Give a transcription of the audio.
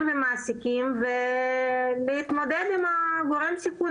והמעסיקים להתמודד עם גורם הסיכון.